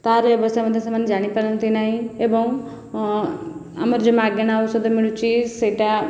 ତାର ବ୍ୟବସ୍ଥା ମଧ୍ୟ ସେମାନେ ଜାଣିପାରନ୍ତି ନାହିଁ ଏବଂ ଆମର ଯେଉଁ ମାଗେଣା ଔଷଧ ମିଳୁଛି ସେଇଟା